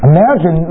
Imagine